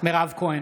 מירב כהן,